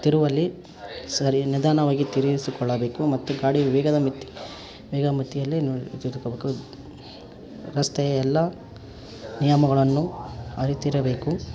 ತಿರುವಲ್ಲಿ ಸರಿ ನಿಧಾನವಾಗಿ ತಿರುಗಿಸಿಕೊಳ್ಳಬೇಕು ಮತ್ತು ಗಾಡಿ ವೇಗದ ಮಿತಿ ವೇಗದಮಿತಿಯಲ್ಲಿ ನೋಡಿ ತಿರ್ಗಬೇಕು ರಸ್ತೆಯ ಎಲ್ಲಾ ನಿಯಮಗಳನ್ನು ಅರಿತಿರಬೇಕು